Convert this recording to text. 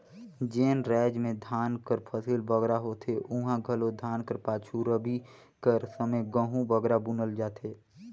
जेन राएज में धान कर फसिल बगरा होथे उहां घलो धान कर पाछू रबी कर समे गहूँ बगरा बुनल जाथे